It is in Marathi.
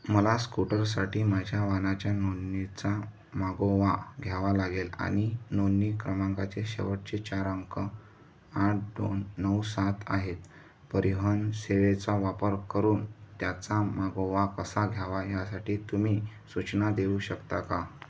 मला स्कूटरसाठी माझ्या वाहनाच्या नोंंदणीचा मागोवा घ्यावा लागेल आणि नोंंदणी क्रमांकाचे शेवटचे चार अंक आठ दोन नऊ सात आहेत परिवहन सेवेचा वापर करून त्याचा मागोवा कसा घ्यावा यासाठी तुम्ही सूचना देऊ शकता का